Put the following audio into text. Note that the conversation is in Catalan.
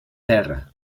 terra